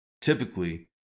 Typically